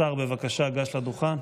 השר, בבקשה, גש לדוכן.